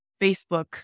Facebook